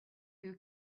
who